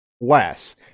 less